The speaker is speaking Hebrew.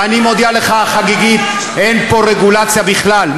ואני מודיע לך חגיגית: אין פה רגולציה בכלל.